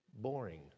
boring